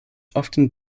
often